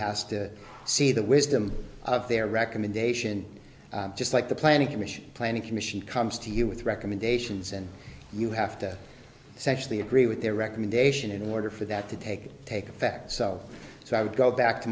house to see the wisdom of their recommendation just like the planning commission planning commission comes to you with recommendations and you have to censure the agree with their recommendation in order for that to take take effect so so i would go back to